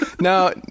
now